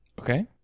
Okay